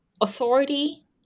authority